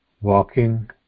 Walking